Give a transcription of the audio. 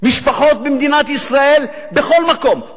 משפחות במדינת ישראל בכל מקום,